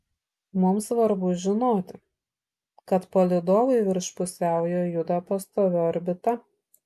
mums svarbu žinoti kad palydovai virš pusiaujo juda pastovia orbita